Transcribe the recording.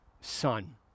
son